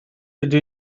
rydw